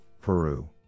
Peru